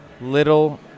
Little